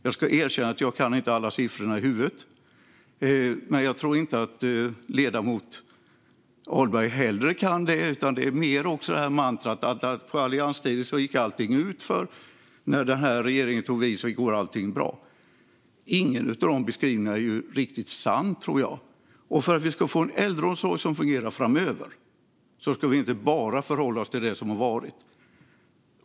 Jag ska erkänna att jag inte kan alla siffrorna i huvudet, men jag tror inte att ledamoten Ahlberg heller kan det. Det handlar mer om mantrat att under allianstiden gick allt utför, och när den här regeringen tog vid blev allt bra. Ingen av de beskrivningarna är riktigt sanna. För att vi ska få en äldreomsorg som kommer att fungera framöver ska vi inte bara förhålla oss till det som har varit.